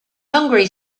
hungry